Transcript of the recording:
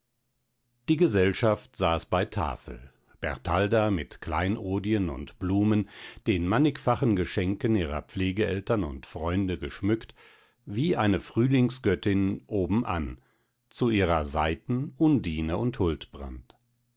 die gesellschaft saß bei tafel bertalda mit kleinodien und blumen den mannigfachen geschenken ihrer pflegeeltern und freunde geschmückt wie eine frühlingsgöttin obenan zu ihrer seiten undine und